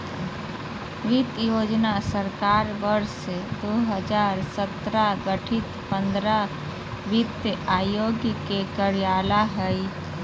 वित्त योजना सरकार वर्ष दो हजार सत्रह गठित पंद्रह में वित्त आयोग के कार्यकाल हइ